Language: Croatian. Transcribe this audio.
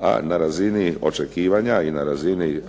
a na razini očekivanja i na razini